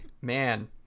Man